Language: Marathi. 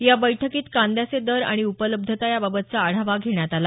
या बैठकीत कांद्याचे दर आणि उपलब्धता याबाबतचा आढावा घेण्यात आला